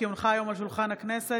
כי הונחה היום על שולחן הכנסת,